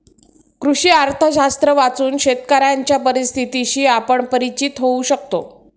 कृषी अर्थशास्त्र वाचून शेतकऱ्यांच्या परिस्थितीशी आपण परिचित होऊ शकतो